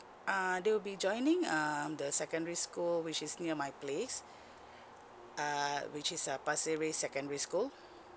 uh they'll be joining um the secondary school which is near my place uh which is uh pasir ris secondary school